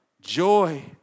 joy